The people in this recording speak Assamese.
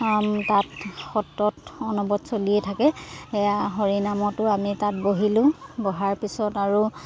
তাত সত্ৰত অনবদ চলিয়ে থাকে সেয়া হৰি নামতো আমি তাত বহিলোঁ বহাৰ পিছত আৰু